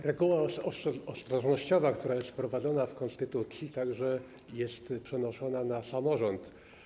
Reguła oszczędnościowa, która jest wprowadzona w konstytucji, także jest przenoszona na samorząd.